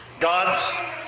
God's